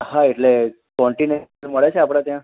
હા એટલે કોન્ટિનેંટલ મળે છે આપણા ત્યાં